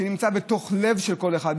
שנמצאת בתוך הלב של כל אחד,